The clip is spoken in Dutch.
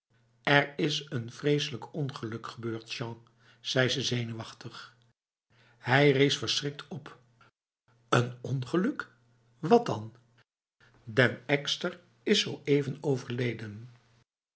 er is een vreselijk ongeluk gebeurd jean zei ze zenuwachtig hij rees verschrikt op een ongeluk wat dan den ekster is zoëven overleden